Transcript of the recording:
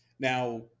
Now